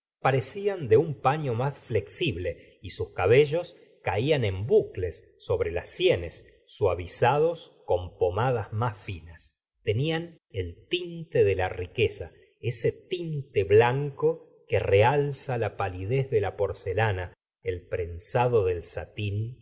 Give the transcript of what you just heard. parecían de un palio más flexible y sus cabellos caían en bucles sobre las sienes suavizados con pomadas más finas tenían el tinte de la riqueza ese tinte blanco que realza la palidez de la porcelana el prensado del satín